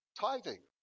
tithing